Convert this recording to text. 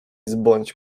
zbądź